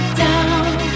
down